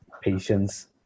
patience